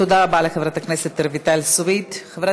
תודה רבה לחברת הכנסת רויטל סויד.